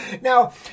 Now